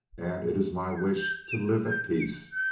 and it is my wish to live at peace.